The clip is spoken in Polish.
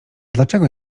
dlaczego